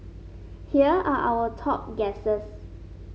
here are our top guesses